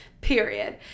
period